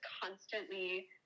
constantly